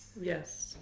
Yes